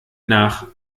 nach